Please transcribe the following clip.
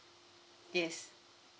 yes